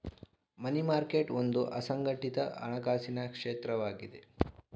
ಮನಿ market ಒಂದು ಅಸಂಘಟಿತ ಹಣಕಾಸಿನ ಕ್ಷೇತ್ರವಾಗಿದೆ